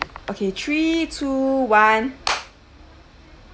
okay three two one